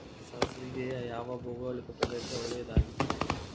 ಸಾಸಿವೆಗೆ ಯಾವ ಭೌಗೋಳಿಕ ಪ್ರದೇಶ ಒಳ್ಳೆಯದಾಗಿದೆ?